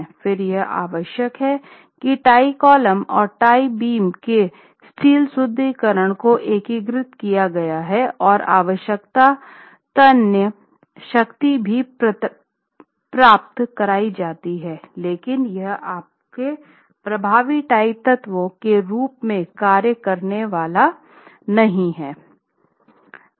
फिर यह आवश्यक है कि टाई कॉलम और टाई बीम के स्टील सुदृढीकरण को एकीकृत किया गया है और आवश्यक तन्य शक्ति भी प्राप्त कराई जाती है लेकिन यह आपके प्रभावी टाई तत्वों के रूप में कार्य करने वाले नहीं हैं